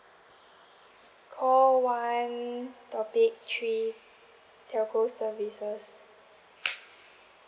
call one topic three telco services